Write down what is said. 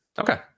Okay